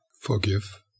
Forgive